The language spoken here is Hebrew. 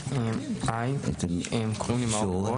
אישור --- היי, קוראים לי מאור.